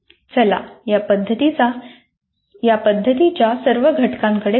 चला या पद्धतीच्या सर्व घटकांकडे पाहू